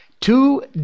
Two